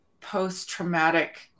post-traumatic